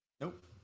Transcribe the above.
Nope